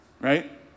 right